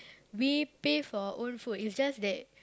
we pay for our own food it's just that